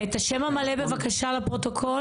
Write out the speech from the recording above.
את השם המלא בבקשה לפרוטוקול.